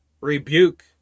rebuke